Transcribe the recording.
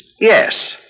Yes